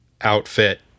outfit